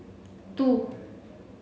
two